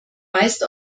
meist